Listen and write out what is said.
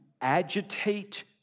agitate